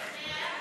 חוק לייעול